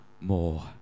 more